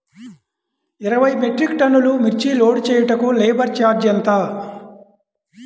ఇరవై మెట్రిక్ టన్నులు మిర్చి లోడ్ చేయుటకు లేబర్ ఛార్జ్ ఎంత?